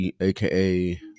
aka